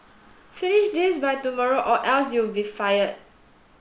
finish this by tomorrow or else you'll be fired